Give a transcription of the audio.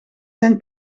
zijn